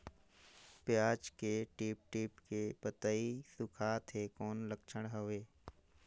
पियाज के टीप टीप के पतई सुखात हे कौन लक्षण हवे?